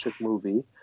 movie